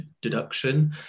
deduction